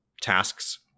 tasks